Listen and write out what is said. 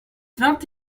vingt